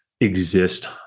exist